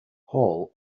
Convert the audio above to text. hall